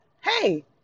Hey